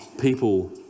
people